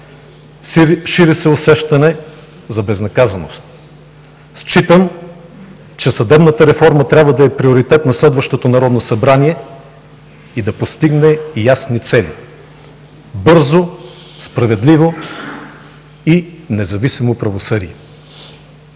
шири се усещане за безнаказаност. Считам, че съдебната реформа трябва да е приоритет на следващото Народно събрание и да постигне ясни цели: бързо, справедливо и независимо правосъдие,